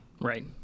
Right